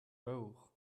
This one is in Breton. baour